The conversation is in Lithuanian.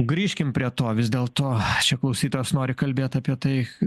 grįžkim prie to vis dėlto čia klausytojas nori kalbėt apie tai